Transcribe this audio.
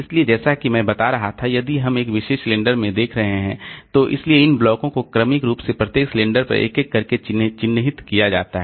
इसलिए जैसा कि मैं बता रहा था यदि हम एक विशेष सिलेंडर में देख रहे हैं तो इसलिए इन ब्लॉकों को क्रमिक रूप से प्रत्येक सिलेंडर पर एक एक करके चिह्नित किया जाता है